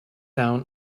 down